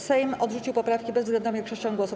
Sejm odrzucił poprawki bezwzględną większością głosów.